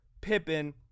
Pippen